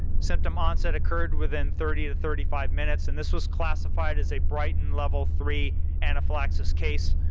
symptom onset occurred within thirty to thirty five minutes and this was classified as a britain level three anaphylaxis case.